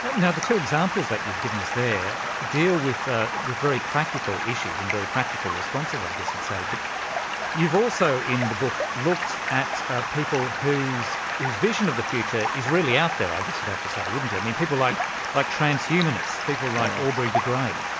but now the two examples that you've given us there deal with ah with very practical issues and very practical responses i guess you'd say. but you've also in the book, looked at ah people whose whose vision of the future is really out there i guess you're about to say, wouldn't you? i mean people like like transhumanists, people like aubrey de grey?